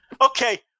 Okay